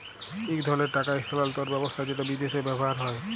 ইক ধরলের টাকা ইস্থালাল্তর ব্যবস্থা যেট বিদেশে ব্যাভার হ্যয়